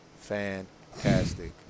fantastic